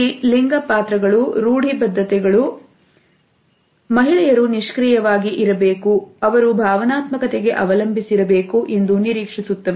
ಈ ಲಿಂಗ ಪಾತ್ರಗಳು ನುಡಿ ಬದ್ಧತೆಗಳು ಮಹಿಳೆಯರು ನಿಷ್ಕ್ರಿಯವಾಗಿ ಇರಬೇಕು ಅವರು ಭಾವನಾತ್ಮಕತೆಗೆ ಅವಲಂಬಿಸಿರಬೇಕು ಎಂದು ನಿರೀಕ್ಷಿಸುತ್ತಾರೆ